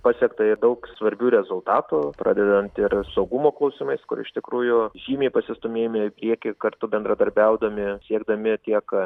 pasiekta daug svarbių rezultatų pradedant ir saugumo klausimais kur iš tikrųjų žymiai pasistūmėjome į priekį kartu bendradarbiaudami siekdami tiek